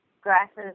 grasses